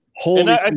Holy